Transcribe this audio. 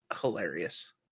hilarious